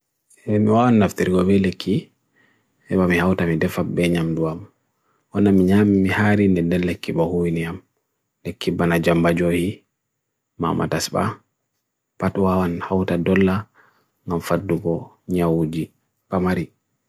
E mwa wan nafthir gowe leki, e mwa mehawta me defab be nyam duam. Onam ni nyam mihaari ne nende leki bohwe ni am. Leki ban na jamba jo hi mwa matasba. Patwa wan hawta dola ngom faddu go nya uji pamari.